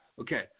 Okay